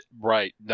Right